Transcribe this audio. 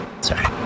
sorry